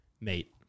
mate